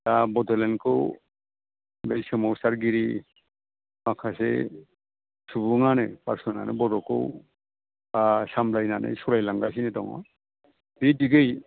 दा बड'लेण्डखौ बै सोमावसारगिरि माखासे सुबुङानो पारसनानो बड'खौ सामब्लायनानै सालायलांगासिनो दङ बे दिगै